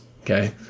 okay